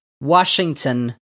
Washington